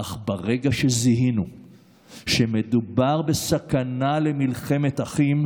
אך ברגע שזיהינו שמדובר בסכנה למלחמת אחים,